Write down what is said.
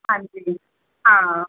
ਹਾਂਜੀ ਹਾਂ